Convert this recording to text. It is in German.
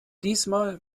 diesmal